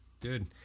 dude